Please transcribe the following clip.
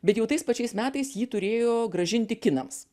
bet jau tais pačiais metais jį turėjo grąžinti kinams